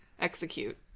execute